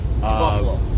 Buffalo